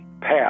path